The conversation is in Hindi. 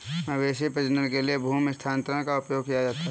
मवेशी प्रजनन के लिए भ्रूण स्थानांतरण का उपयोग किया जाता है